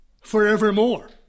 forevermore